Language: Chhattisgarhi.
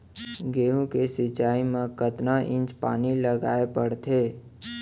गेहूँ के सिंचाई मा कतना इंच पानी लगाए पड़थे?